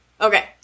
Okay